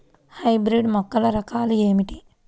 Hybrid మొక్కల రకాలు ఏమిటీ?